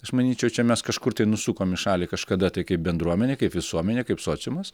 aš manyčiau čia mes kažkur nusukom į šalį kažkada tai kaip bendruomenė kaip visuomenė kaip sociumas